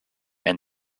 and